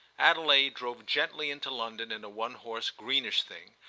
adelaide drove gently into london in a one-horse greenish thing,